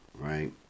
right